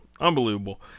Unbelievable